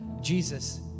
Jesus